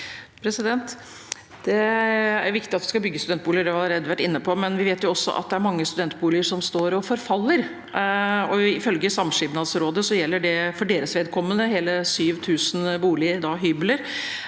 Det er viktig at vi skal bygge studentboliger. Det har vi allerede vært inne på. Vi vet også at det er mange studentboliger som står og forfaller. Ifølge Samskipnadsrådet gjelder det for deres vedkommende hele 7 000 boliger, hybler.